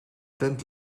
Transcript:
tent